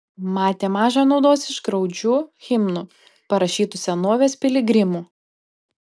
matė maža naudos iš graudžių himnų parašytų senovės piligrimų